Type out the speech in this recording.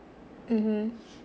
mmhmm